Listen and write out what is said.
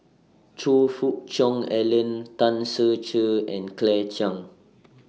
Choe Fook Cheong Alan Tan Ser Cher and Claire Chiang